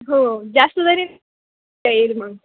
हो जास्त जरी येईल मग